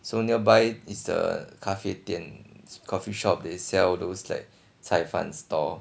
so nearby is the 咖啡店 coffee shop they sell those like 菜饭 store